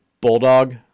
bulldog